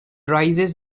rises